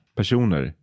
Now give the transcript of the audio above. personer